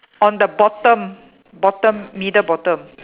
on the bottom bottom middle bottom